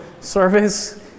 service